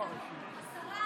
אוקיי, חברים,